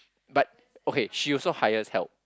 but okay she also hires help